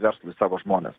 verslui savo žmones